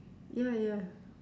ya ya